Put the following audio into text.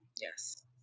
Yes